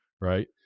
right